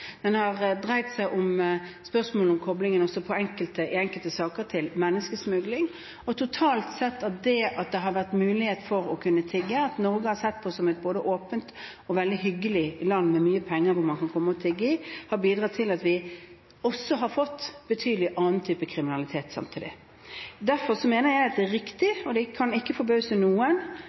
spørsmål om tigging i enkelte saker har vært koblet til menneskesmugling. At det har vært mulig å tigge, og at Norge har vært sett på som et både åpent og veldig hyggelig land med mye penger, hvor man kan tigge, har totalt sett bidratt til at vi også har fått en betydelig andel kriminalitet samtidig. Derfor mener jeg at det er riktig – og det kan ikke forbause noen